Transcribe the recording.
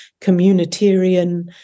communitarian